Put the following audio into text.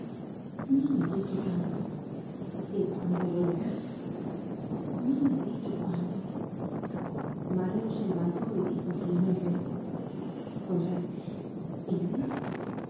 no me ha dicho cuando y cuándo volverás no me ha dicho cuando mario se levantó y dijo mamente cosette ireis